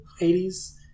80s